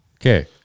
Okay